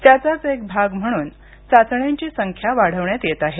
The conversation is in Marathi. त्याचाच एक भाग म्हणून चाचण्यांची संख्या वाढवण्यात येत आहे